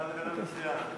אתה מדבר מצוין.